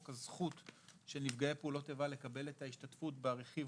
הזכות של נפגעי פעולות איבה לקבל את ההשתתפות ברכיב